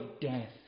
death